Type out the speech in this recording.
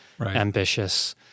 ambitious